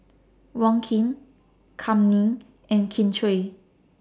Wong Keen Kam Ning and Kin Chui